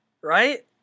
right